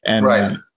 Right